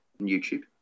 YouTube